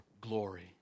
glory